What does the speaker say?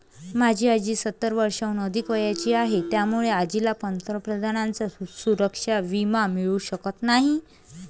माझी आजी सत्तर वर्षांहून अधिक वयाची आहे, त्यामुळे आजीला पंतप्रधानांचा सुरक्षा विमा मिळू शकत नाही